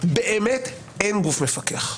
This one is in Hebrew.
באמת אין גוף מפקח.